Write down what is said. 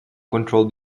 control